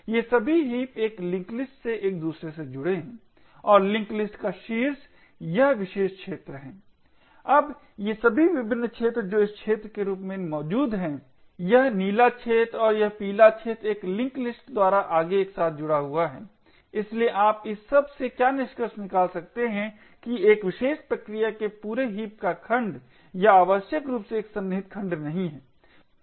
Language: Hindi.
ये सभी हीप एक लिंक लिस्ट से एक दूसरे से जुड़े है और लिंक लिस्ट का शीर्ष यह विशेष क्षेत्र है अब ये सभी विभिन्न क्षेत्र जो इस क्षेत्र के रूप में मौजूद हैं यह नीला क्षेत्र और यह पीला क्षेत्र एक लिंक लिस्ट द्वारा आगे एक साथ जुड़ा हुआ है इसलिए आप इस सब से क्या निष्कर्ष निकाल सकते हैं कि एक विशेष प्रक्रिया के पूरे हीप का खंड यह आवश्यक रूप से एक सन्निहित खंड नहीं है